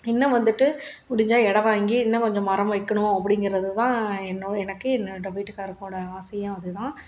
இன்னும் வந்துட்டு முடிஞ்சால் இடம் வாங்கி இன்னும் கொஞ்சம் மரம் வைக்கணும் அப்படிங்கறது தான் என்னோ எனக்கே என்னோடய வீட்டுகாரவங்கோட ஆசையும் அது தான்